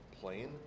plane